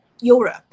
Europe